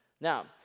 Now